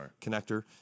connector